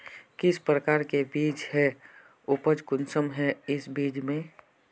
किस प्रकार के बीज है उपज कुंसम है इस बीज में?